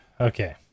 Okay